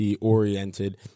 oriented